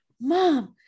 mom